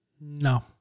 No